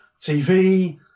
tv